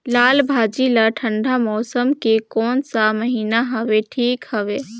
लालभाजी ला ठंडा मौसम के कोन सा महीन हवे ठीक हवे?